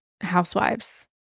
housewives